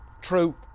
True